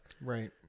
Right